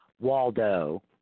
Waldo